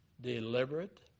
deliberate